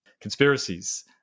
conspiracies